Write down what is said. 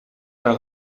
ара